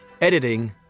Editing